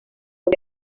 por